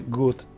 good